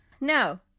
No